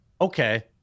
Okay